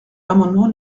l’amendement